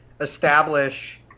establish